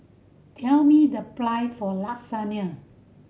tell me the price of Lasagne